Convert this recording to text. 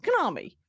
konami